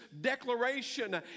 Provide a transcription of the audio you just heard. declaration